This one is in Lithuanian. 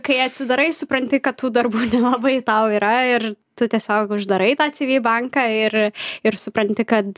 kai atsidarai supranti kad tų darbų nelabai tau yra ir tu tiesiog uždarai tą cyvy banką ir ir supranti kad